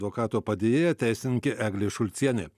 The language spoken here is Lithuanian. advokato padėjėja teisininkė eglė šulcienė